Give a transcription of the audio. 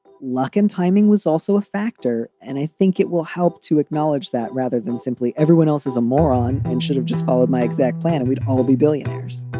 luck and timing was also a factor. and i think it will help to acknowledge that rather than simply everyone else is a moron and should have just followed my exact plan. and we'd all be billionaires